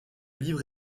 livre